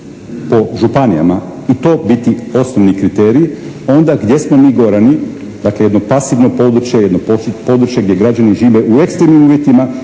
po županijama i to biti osnovni kriterij onda gdje smo mi gorani, dakle jedno pasivno područje, jedno područje gdje građani žive u ekstremnim uvjetima,